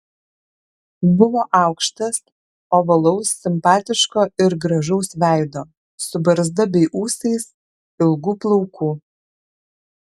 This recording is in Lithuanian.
buvo aukštas ovalaus simpatiško ir gražaus veido su barzda bei ūsais ilgų plaukų